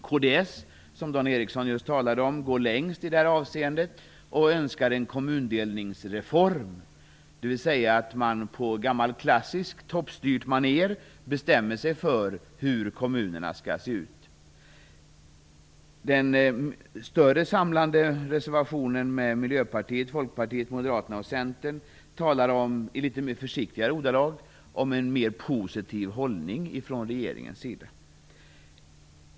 Kds, som Dan Ericsson just talade om, går längst i detta avseende och önskar en kommundelningsreform. En sådan innebär att man på gammalt klassiskt toppstyrt maner bestämmer sig för hur kommunerna skall se ut. I den större samlande reservationen av Miljöpartiet, Folkpartiet, Moderaterna och Centern, är det lite mer försiktiga ordalag om en mer positiv hållning från regeringen.